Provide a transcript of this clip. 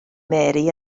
mary